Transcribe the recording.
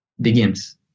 begins